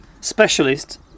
specialist